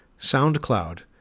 SoundCloud